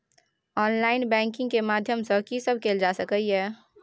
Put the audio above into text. Online banking के माध्यम सं की सब कैल जा सके ये?